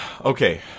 Okay